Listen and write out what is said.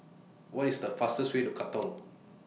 What IS The fastest Way to Katong